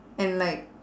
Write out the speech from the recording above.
and like